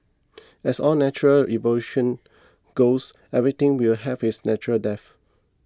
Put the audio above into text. as all natural evolution goes everything will have its natural death